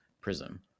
Prism